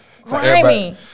grimy